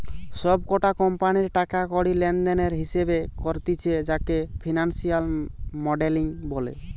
সব কটা কোম্পানির টাকা কড়ি লেনদেনের হিসেবে করতিছে যাকে ফিনান্সিয়াল মডেলিং বলে